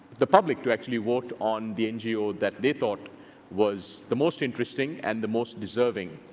the public to actually vote on the ngo that they thought was the most interesting and the most deserving.